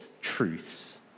truths